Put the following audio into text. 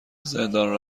زندان